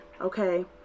okay